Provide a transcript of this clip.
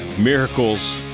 miracles